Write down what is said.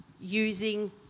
using